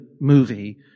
movie